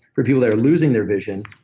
for people that are losing their vision,